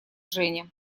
женя